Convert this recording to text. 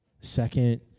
Second